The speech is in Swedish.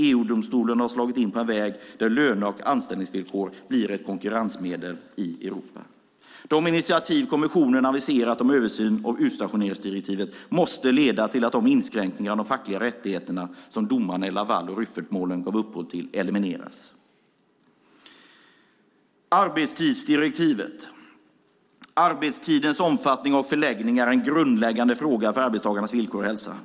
EU-domstolen har slagit in på en väg där löne och anställningsvillkor blir ett konkurrensmedel i Europa. De initiativ kommissionen aviserat om översyn av utstationeringsdirektivet måste leda till att de inskränkningar av de fackliga rättigheterna som domarna i Laval och Rüffertmålen gav upphov till elimineras. Nästa punkt jag vill ta upp gäller arbetstidsdirektivet. Arbetstidens omfattning och förläggning är en grundläggande fråga för arbetstagarnas villkor och hälsa.